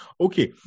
okay